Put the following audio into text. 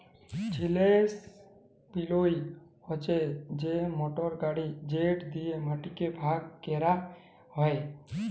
chisel plough হছে সেই motor গাড়ি যেট দিঁয়ে মাটিকে ভাগ ক্যরা হ্যয়